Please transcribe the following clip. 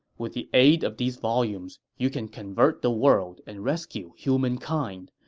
with the aid of these volumes, you can convert the world and rescue humankind.